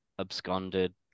absconded